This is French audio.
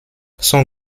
son